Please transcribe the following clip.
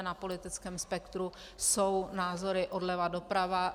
Na politickém spektru jsou názory odleva doprava.